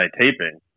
taping